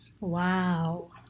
Wow